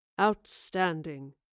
Outstanding